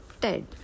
Ted